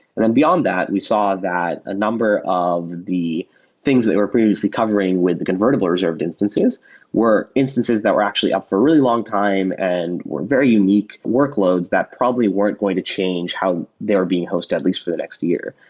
then beyond that, we saw that a number of the things they were previously covering with convertible reserved instances were instances that were actually up for a really long time and were very unique workloads that probably weren't going to change how they are being hosted at least for the next year.